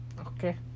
Okay